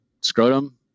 scrotum